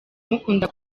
mukunda